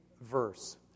verse